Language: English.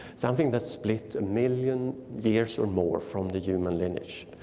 something that split a million years or more from the human lineage.